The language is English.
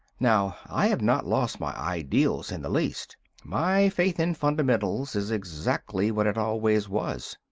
now, i have not lost my ideals in the least my faith in fundamentals is exactly what it always was.